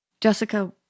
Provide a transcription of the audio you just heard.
Jessica